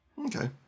Okay